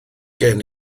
gen